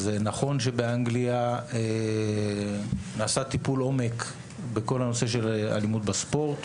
אז נכון שבאנגליה נעשה טיפול עומק בכל הנושא של אלימות בספורט.